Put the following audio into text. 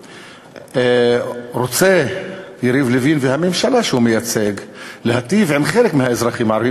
שאם רוצים יריב לוין והממשלה שהוא מייצג להטיב עם חלק מהאזרחים הערבים,